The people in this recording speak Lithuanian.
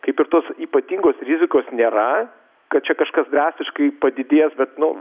kaip ir tos ypatingos rizikos nėra kad čia kažkas drastiškai padidės bet nu